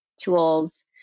tools